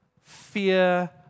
fear